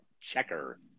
Checker